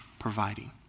providing